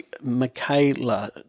Michaela